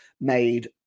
made